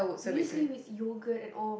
muesli with yogurt and all